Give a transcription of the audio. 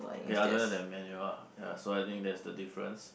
okay I don't have that menu ah ya so I think that's the difference